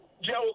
Joe